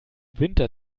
winter